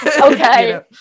Okay